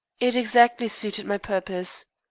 it exactly suited my purpose.